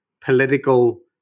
political